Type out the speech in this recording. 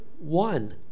One